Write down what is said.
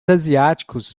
asiáticos